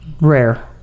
Rare